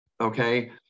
Okay